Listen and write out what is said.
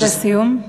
משפט לסיום.